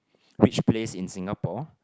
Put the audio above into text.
which place in Singapore